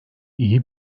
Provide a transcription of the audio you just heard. iyi